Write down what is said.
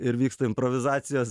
ir vyksta improvizacijos